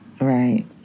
right